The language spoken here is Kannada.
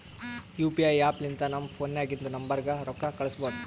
ಯು ಪಿ ಐ ಆ್ಯಪ್ ಲಿಂತ ನಮ್ ಫೋನ್ನಾಗಿಂದ ನಂಬರ್ಗ ರೊಕ್ಕಾ ಕಳುಸ್ಬೋದ್